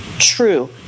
true